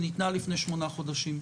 שניתנה לפני שמונה חודשים.